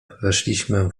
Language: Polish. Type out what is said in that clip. weszliśmy